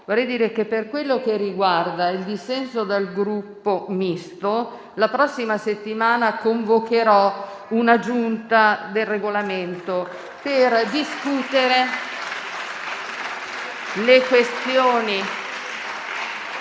vorrei dire che per quello che riguarda il dissenso dal Gruppo Misto, la prossima settimana convocherò una Giunta del Regolamento per discutere le questioni